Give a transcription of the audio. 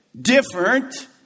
different